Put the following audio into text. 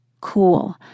Cool